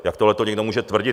Jak tohleto někdo může tvrdit?